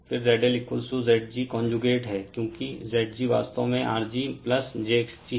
फिर ZLZg conjugate हैं क्योंकि Zg वास्तव में R g jxg हैं